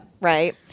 Right